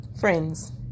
Friends